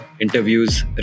interviews